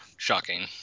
Shocking